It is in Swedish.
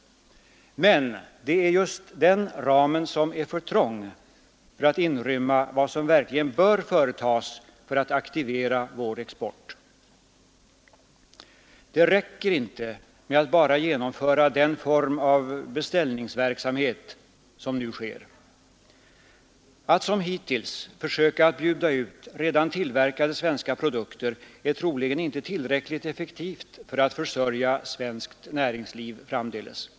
Men det är just den ramen som är för liten för att inrymma vad som verkligen bör företagas för att aktivera vår export. Det räcker inte med att genomföra den form av beställningsverksamhet som nu sker. Att som hittills försöka att bjuda ut redan tillverkade svenska produkter är troligen inte tillräckligt effektivt för att framdeles försörja svenskt näringsliv.